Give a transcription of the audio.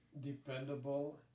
dependable